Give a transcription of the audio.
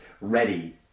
ready